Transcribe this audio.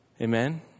Amen